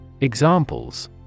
Examples